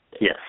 Yes